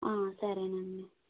సరేనండి